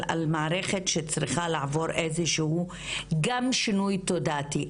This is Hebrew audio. מערכת שצריכה לעבור איזה שהוא גם שינוי תודעתי.